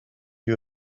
you